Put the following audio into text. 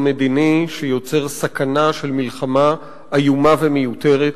שיוצר סכנה של מלחמה איומה ומיותרת,